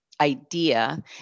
idea